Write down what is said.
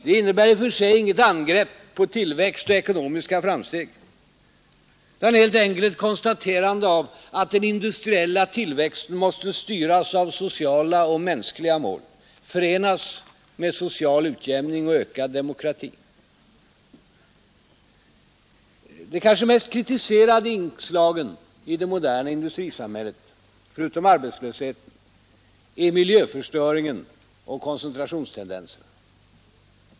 Detta innebär i och för sig inget angrepp på tillväxt och ekonomiska framsteg, utan det är helt enkelt ett konstaterande av att den industriella tillväxten måste styras av sociala och mänskliga mål, förenas med social utjämning och ökad demokrati. De kanske mest kritiserade inslagen i det moderna industrisamhället — förutom arbetslösheten — är miljöförstöringen och koncentrationstendenserna.